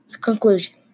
Conclusion